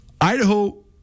Idaho